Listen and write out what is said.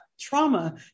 trauma